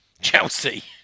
Chelsea